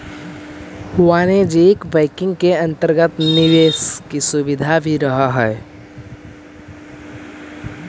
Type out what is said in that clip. वाणिज्यिक बैंकिंग के अंतर्गत निवेश के सुविधा भी रहऽ हइ